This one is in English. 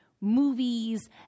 movies